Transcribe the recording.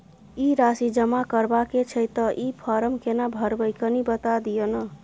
ई राशि जमा करबा के छै त ई फारम केना भरबै, कनी बता दिय न?